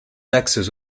axes